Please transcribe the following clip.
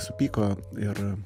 supyko ir